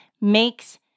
makes